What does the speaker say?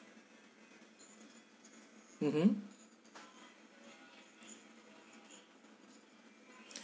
mmhmm